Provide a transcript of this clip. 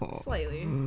slightly